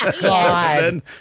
God